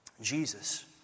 Jesus